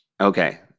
Okay